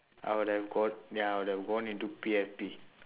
I would have gone ya I would have gone into P_F_P